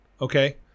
okay